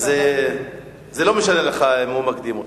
זה לא משנה לך אם הוא מקדים אותך,